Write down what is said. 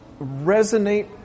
resonate